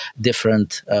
different